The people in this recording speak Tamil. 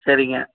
சரிங்க